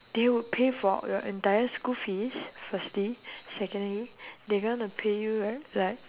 they would pay for your entire school fees firstly secondly they gonna pay you li~ like